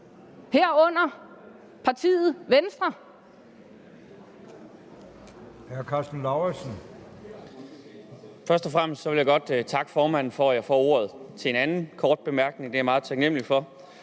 herunder partiet Venstre.